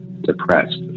depressed